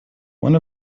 one